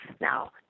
now